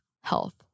health